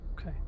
Okay